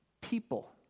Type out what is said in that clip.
people